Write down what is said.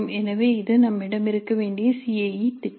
எனவே இது நம்மிடம் இருக்க வேண்டிய சி ஐ இ திட்டம்